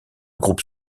groupe